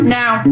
now